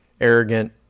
arrogant